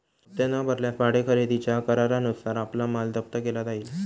हप्ते न भरल्यास भाडे खरेदीच्या करारानुसार आपला माल जप्त केला जाईल